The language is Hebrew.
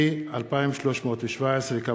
פ/2317/18.